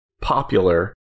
popular